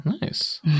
nice